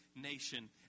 nation